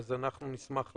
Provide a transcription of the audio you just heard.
אז אנחנו נשמח לדעת.